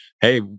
hey